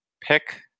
pick